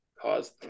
caused